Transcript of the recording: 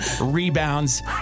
rebounds